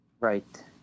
Right